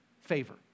favor